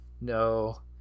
No